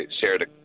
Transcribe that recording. shared